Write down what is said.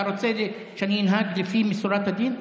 אתה רוצה שאני אנהג לפי שורת הדין?